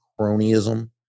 cronyism